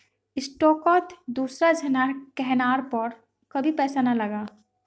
स्टॉकत दूसरा झनार कहनार पर कभी पैसा ना लगा